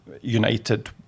United